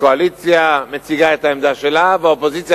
הקואליציה מציגה את העמדה שלה והאופוזיציה